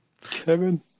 Kevin